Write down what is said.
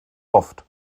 oft